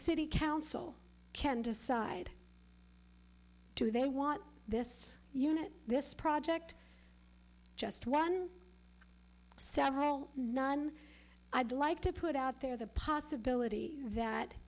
city council can decide to they want this unit this project just one several none i'd like to put out there the possibility that